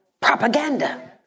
propaganda